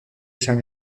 san